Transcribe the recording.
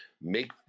make